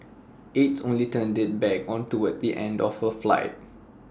aides only turned IT back on toward the end of the flight